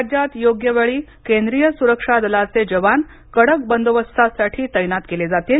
राज्यात योग्य वेळी केंद्रीय सुरक्षा दलाचे जवान कडक बंदोबस्तासाठी तैनात केले जातील